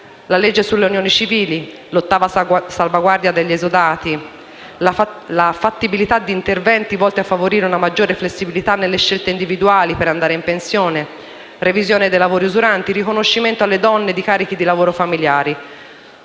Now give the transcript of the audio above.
la legge sulle unioni civili, l'ottava salvaguardia per gli esodati, la fattibilità di interventi volti a favorire una maggiore flessibilità nelle scelte individuali, per andare in pensione, la revisione dei lavori usuranti, il riconoscimento alle donne dei carichi di lavoro familiari,